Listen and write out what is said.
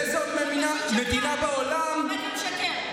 באיזו עוד מדינה בעולם, אתה פשוט שקרן.